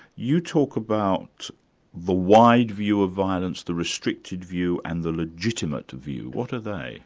you talk about the wide view of violence, the restricted view and the legitimate view. what are they